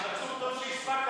מנסור, לא הספקת.